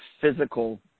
physical